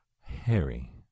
Harry